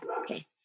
okay